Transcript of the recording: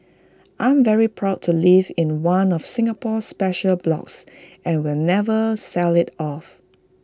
I'm very proud to live in one of Singapore's special blocks and will never sell IT off